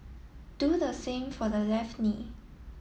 do the same for the left knee